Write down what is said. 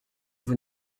vous